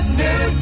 new